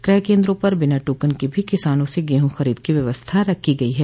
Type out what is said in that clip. क्रय केन्द्रों पर बिना टोकन के भी किसानों से गेहूँ खरीद की व्यवस्था रखी गई है